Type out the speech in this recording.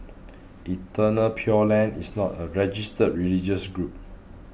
Eternal Pure Land is not a registered religious group